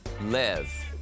Live